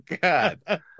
God